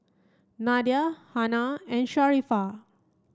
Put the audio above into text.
Nadia Hana and Sharifah